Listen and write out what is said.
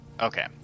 okay